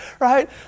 right